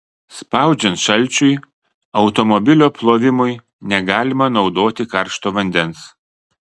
spaudžiant šalčiui automobilio plovimui negalima naudoti karšto vandens